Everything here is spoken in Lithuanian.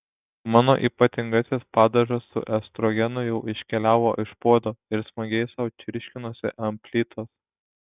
mano ypatingasis padažas su estrogenu jau iškeliavo iš puodo ir smagiai sau čirškinosi ant plytos